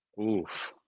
Oof